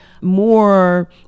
more